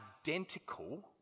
identical